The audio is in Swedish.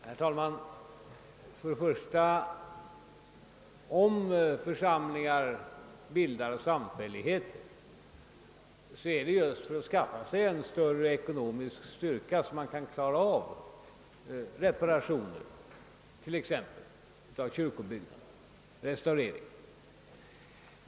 Herr talman! Om församlingar bildar samfälligheter, sker detta för att skaffa större ekonomisk styrka för att t.ex. kunna reparera kyrkobyggnader eiler för att kunna utföra restaureringar.